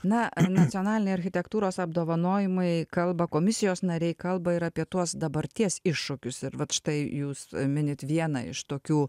na nacionaliniai architektūros apdovanojimai kalba komisijos nariai kalba ir apie tuos dabarties iššūkius ir vat štai jūs minit vieną iš tokių